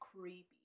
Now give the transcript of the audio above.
creepy